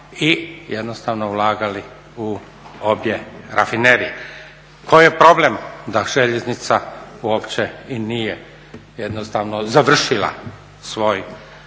i jednostavno ulagali u obje rafinerije. Koji je problem da željeznica uopće i nije jednostavno završila svoj projekat